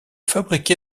fabriqué